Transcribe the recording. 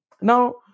Now